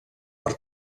per